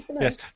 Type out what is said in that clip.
Yes